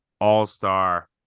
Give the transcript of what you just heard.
all-star